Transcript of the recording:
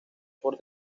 por